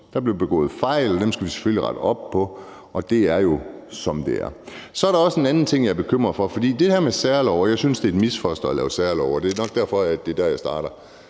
Der blev begået fejl, og dem skal vi selvfølgelig rette op på, og det er jo, som det er. Så er der også en anden ting, jeg er bekymret for. For hvad angår det her med at lave særlove, synes jeg, at særlove er et misfoster, og det er nok derfor, at det er der, jeg starter.